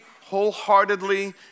wholeheartedly